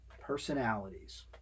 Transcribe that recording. personalities